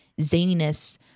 zaniness